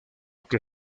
que